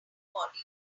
body